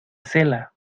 cela